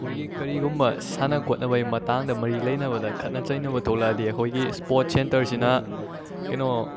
ꯑꯩꯈꯑꯣꯏꯒꯤ ꯀꯔꯤꯒꯨꯝꯕ ꯁꯥꯟꯅ ꯈꯣꯠꯅꯕꯩ ꯃꯇꯥꯡꯗ ꯃꯔꯤ ꯂꯩꯅꯕꯗ ꯈꯠꯅ ꯆꯩꯅꯕ ꯊꯣꯛꯂꯛꯂꯗꯤ ꯑꯩꯈꯣꯏꯒꯤ ꯏꯁꯄꯣꯔꯠ ꯁꯦꯟꯇꯔꯁꯤꯅ ꯀꯩꯅꯣ